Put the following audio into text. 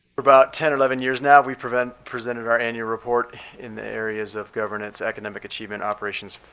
about ten or eleven years now we've presented presented our annual report in the areas of governance, academic achievement, operations,